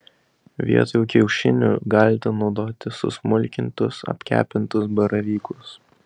vietoj kiaušinių galite naudoti susmulkintus apkepintus baravykus